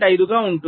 5 గా ఉంటుంది